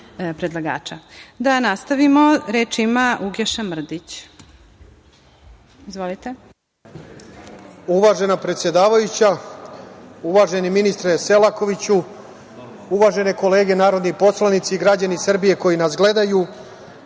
Izvolite. **Uglješa Mrdić** Uvažena predsedavajuća, uvaženi ministre Selakoviću, uvažene kolege narodni poslanici i građani Srbije koji nas gledaju,